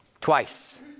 twice